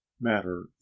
matter